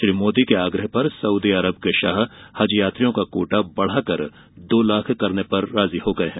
श्री मोदी के आग्रह पर सऊदी अरब के शाह हज यात्रियों का कोटा बढ़ाकर दो लाख करने पर राजी हो गए हैं